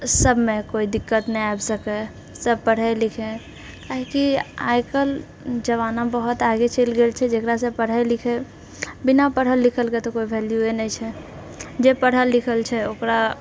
सबमे कोइ दिक्कत नहि आबि सकै सब पढ़ै लिखै काहेकि आइकाल्हि जमाना बहुत आगे चलि गेल छै जेकरासँ पढ़ै लिखै बिना पढ़ल लिखलके तऽ कोइ वैलुए नहि छै जे पढ़ल लिखल छै ओकरा